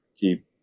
keep